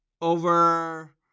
over